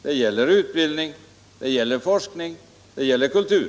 Det gäller utbildning, forskning och kultur.